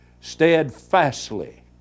steadfastly